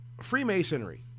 Freemasonry